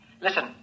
Listen